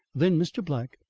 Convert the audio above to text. then mr. black,